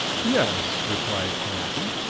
yes, replied carnacki.